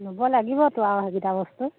ল'ব লাগিবতো আৰু সেইকেইটা বস্তু